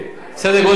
סדר-גודל עולמי,